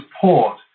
support